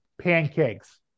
pancakes